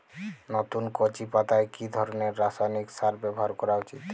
নতুন কচি পাতায় কি ধরণের রাসায়নিক সার ব্যবহার করা উচিৎ?